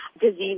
disease